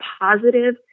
positive